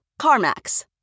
CarMax